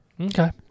okay